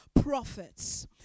prophets